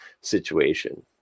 situation